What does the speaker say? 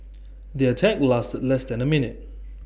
the attack lasted less than A minute